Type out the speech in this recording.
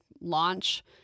launch